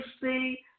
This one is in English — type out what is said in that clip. see